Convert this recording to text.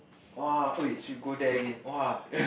!woah! [oi] we should go there again !woah!